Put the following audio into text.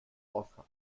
auf